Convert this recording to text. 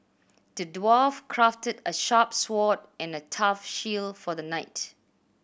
the dwarf crafted a sharp sword and a tough shield for the knight